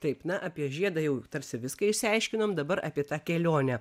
taip na apie žiedą jau tarsi viską išsiaiškinom dabar apie tą kelionę